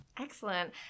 Excellent